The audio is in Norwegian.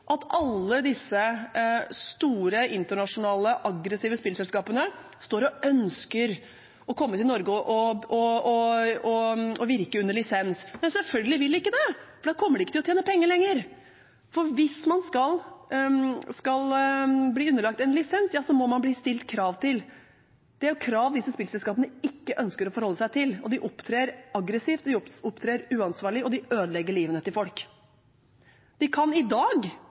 at alle disse store internasjonale, aggressive spillselskapene ønsker å komme til Norge og virke under lisens. Nei, selvfølgelig vil de ikke det, for da kommer de ikke til å tjene penger lenger. For hvis man skal bli underlagt en lisens, må man bli stilt krav til. Det er krav disse spillselskapene ikke ønsker å forholde seg til, og de opptrer aggressivt, de opptrer uansvarlig, og de ødelegger livet til folk. De kan i dag